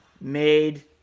made